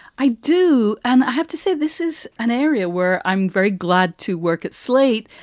i do. and i have to say, this is an area where i'm very glad to work at slate,